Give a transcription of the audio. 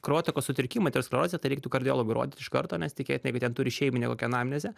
kraujotakos sutrikimai aterosklerozė tai reiktų kardiologui rodyt iš karto nes tikėtina jeigu ten turi šeiminę kokią anamnezę